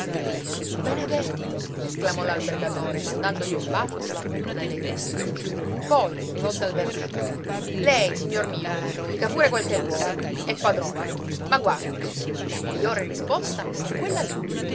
benedetto esclamò l'albergatore mandandogli un bacio su la punta delle dita poi rivolto al vernoni lei signor mio dica pure quel che vuole è padrone ma guardi la migliore risposta è quella lí